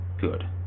good